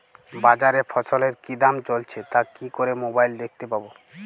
বাজারে ফসলের কি দাম চলছে তা কি করে মোবাইলে দেখতে পাবো?